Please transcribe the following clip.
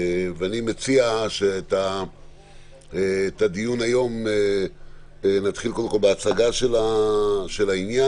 אני מציע שאת הדיון היום נתחיל קודם כול בהצגה של העניין,